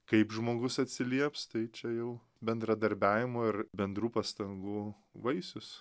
kaip žmogus atsilieps tai čia jau bendradarbiavimo ir bendrų pastangų vaisius